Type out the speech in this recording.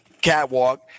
catwalk